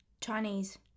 Chinese